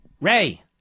Ray